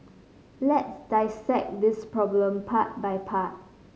let's dissect this problem part by part